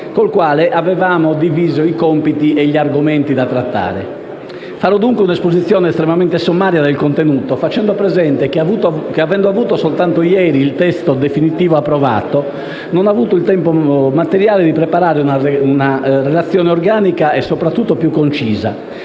con cui ho diviso i compiti e gli argomenti da trattare. Farò dunque un'esposizione estremamente sommaria del contenuto, facendo presente che, avendo avuto soltanto ieri il testo definitivo del provvedimento, non ho avuto il tempo materiale di preparare una relazione organica e, soprattutto, più concisa.